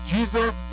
Jesus